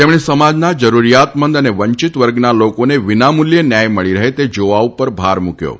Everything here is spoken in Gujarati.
તેમણે સમાજના જરૂરિયાતમંદ અને વંચિત વર્ગના લોકોને વિનામૂલ્યે ન્યાય મળી રહે તે જોવા ઉપર ભાર મૂક્યો હતો